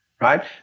Right